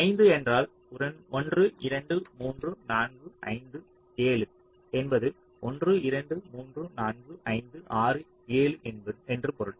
5 என்றால் 1 2 3 4 5 7 என்பது 1 2 3 4 5 6 7 என்று பொருள்